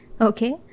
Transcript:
Okay